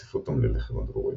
ולהוסיף אותם ללחם הדבורים.